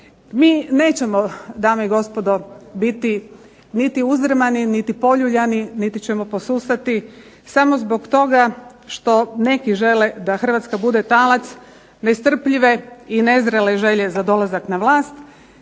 Mi nećemo dame i gospodo biti niti uzdrmani, niti poljuljani, niti ćemo posustati samo zbog toga što neki žele da Hrvatska bude talac nestrpljive i nezrele želje za dolazak na vlast